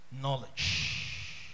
knowledge